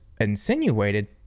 insinuated